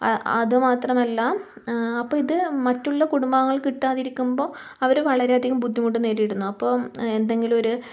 അതുമാത്രമല്ല അപ്പോൾ ഇത് മറ്റുള്ള കുടുംബാംഗങ്ങൾക്ക് കിട്ടാതിരിക്കുമ്പോൾ അവര് വളരെയധികം ബുദ്ധിമുട്ട് നേരിടുന്നു അപ്പം എന്തെങ്കിലും ഒര്